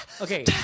okay